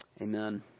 Amen